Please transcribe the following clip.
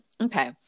Okay